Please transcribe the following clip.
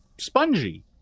spongy